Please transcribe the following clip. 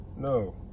No